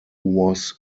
was